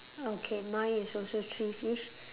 okay mine is also three fish